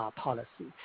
，policy